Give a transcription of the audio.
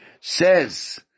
says